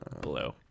blue